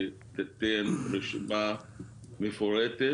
שתיתן רשימה מפורטת